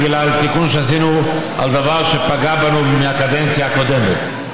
בגלל תיקון שעשינו על דבר שפגע בנו מהקדנציה הקודמת,